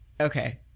okay